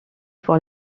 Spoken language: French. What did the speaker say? pour